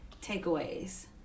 takeaways